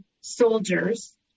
soldiers